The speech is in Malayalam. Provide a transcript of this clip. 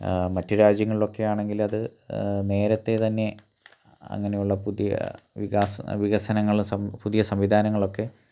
മറ്റ് രാജ്യങ്ങളിലൊക്കെയാണങ്കിൽ അത് നേരത്തെ തന്നെ അങ്ങനെയുള്ള പുതിയ വികാസ വികസനങ്ങൾ പുതിയ സംവിധാനങ്ങളൊക്കെ